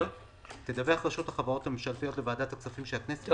תדווח רשות החברות הממשלתיות לוועדת הכספים של הכנסת...